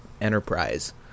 enterprise